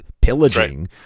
pillaging